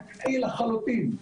חקלאי לחלוטין.